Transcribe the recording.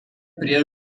prie